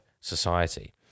society